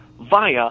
via